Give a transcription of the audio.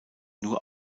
nur